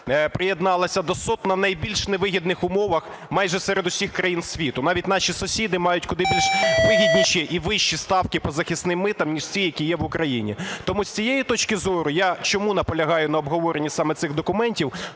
приєдналася до СОТ на найбільш невигідних умовах майже серед усіх країни світу. Навіть наші сусіди мають куди більш вигідніші і вищі ставки по захисних митах ніж ті, які є в Україні. Тому з цієї точки зору, я чому наполягаю на обговоренні саме цих документів,